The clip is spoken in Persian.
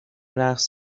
رقص